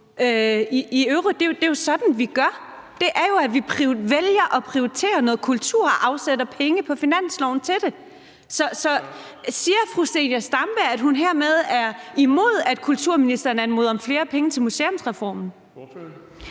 i øvrigt på, for det er jo sådan, vi gør. Det er jo, at vi vælger at prioritere noget kultur og afsætter penge på finansloven til det. Så siger fru Zenia Stampe, at hun hermed er imod, at kulturministeren anmoder om flere penge til museumsreformen?